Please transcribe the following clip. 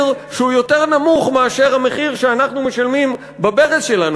שהוא יותר נמוך מאשר המחיר שאנחנו משלמים בברז שלנו.